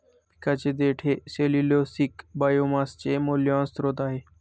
पिकाचे देठ हे सेल्यूलोसिक बायोमासचे मौल्यवान स्त्रोत आहे